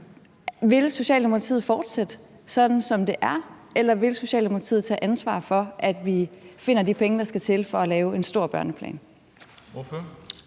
Vil Socialdemokratiet fortsætte sådan, som det er, eller vil Socialdemokratiet tage ansvar for, at vi finder de penge, der skal til, for at lave en stor børneplan?